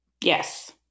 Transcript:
Yes